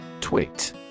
Tweet